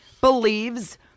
believes